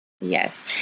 Yes